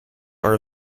are